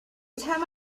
time